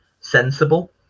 sensible